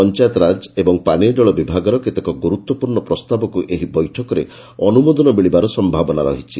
ପଞ୍ଚାୟତିରାଜ ଏବଂ ପାନୀୟ ଜଳ ବିଭାଗର କେତେକ ଗୁରୁତ୍ୱପୂର୍ଷ ପ୍ରସ୍ତାବକୁ ଏହି ବୈଠକରେ ଅନୁମୋଦନ ମିଳିବାର ସ୍ତାବନା ରହିଛି